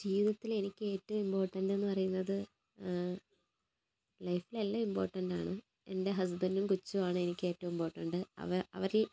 ജീവിതത്തിൽ എനിക്കേറ്റവും ഇമ്പോർട്ടന്റ് എന്നു പറയുന്നത് ലൈഫിലെല്ലാം ഇമ്പോർന്റാണ് എൻ്റെ ഹസ്ബന്റും കൊച്ചുമാണ് എനിക്കേറ്റവും ഇമ്പോർട്ടന്റ്